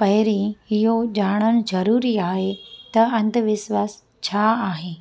पहिरीं इहो ॼाणणु ज़रूरी आहे त अंधविश्वास छा आहे